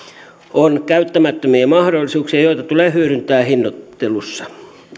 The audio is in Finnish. on käyttämättömiä mahdollisuuksia joita tulee hyödyntää hinnoittelussa